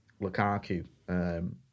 Lukaku